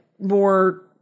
more